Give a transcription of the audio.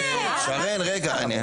שרן, רגע.